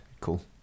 Cool